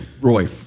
Roy